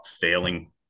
failing